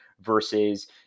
versus